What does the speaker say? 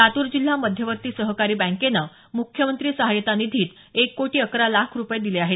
लातूर जिल्हा मध्यवर्ती सहकारी बँकेनं मुख्यमंत्री सहाय्यता निधीत एक कोटी अकरा लाख रुपये मदत दिली आहे